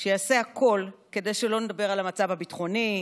שיעשה הכול כדי שלא נדבר על המצב הביטחוני,